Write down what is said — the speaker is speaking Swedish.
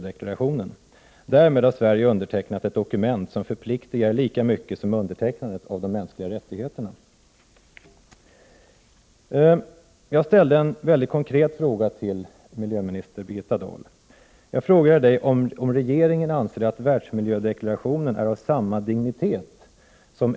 Deklarationen är ett historiskt dokument som märkligt nog först 1988 getts ut på svenska till en bredare allmänhet på Svenska naturskyddsföreningens initiativ.